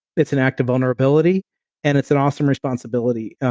it's an act of vulnerability and it's an awesome responsibility,